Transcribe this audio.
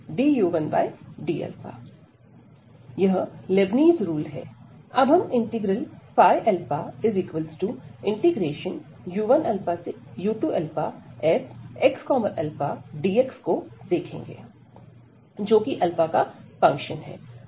अब हम इस इंटीग्रल u1u2fxαdx को देखेंगे जो कि का फंक्शन है